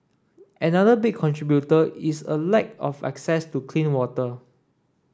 another big contributor is a lack of access to clean water